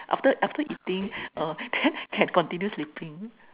after after eating uh then can continue sleeping